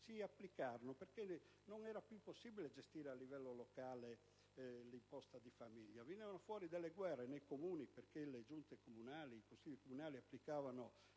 si applicavano perché non era più possibile gestire a livello locale l'imposta di famiglia. Venivano fuori delle guerre nei Comuni perché le Giunte e i Consigli comunali applicavano